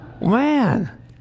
man